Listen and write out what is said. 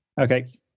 Okay